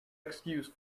excuse